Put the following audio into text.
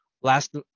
last